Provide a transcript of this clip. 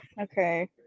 Okay